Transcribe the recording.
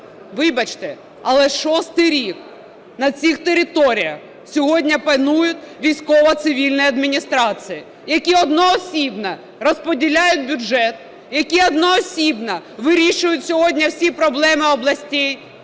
Вибачте, але шостий рік на цих територіях сьогодні панують військово-цивільні адміністрації, які одноосібно розподіляють бюджет, які одноосібно вирішують сьогодні всі проблеми областей.